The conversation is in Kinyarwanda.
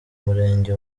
murenge